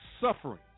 suffering